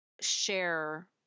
share